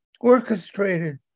orchestrated